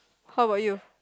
how about you